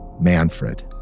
Manfred